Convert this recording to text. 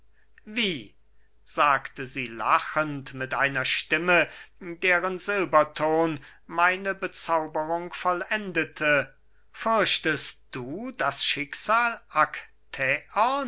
wie sagte sie lachend mit einer stimme deren silberton meine bezauberung vollendete fürchtest du das schicksal